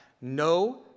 no